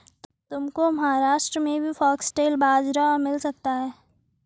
तुमको महाराष्ट्र में भी फॉक्सटेल बाजरा मिल सकता है